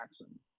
Jackson